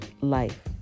life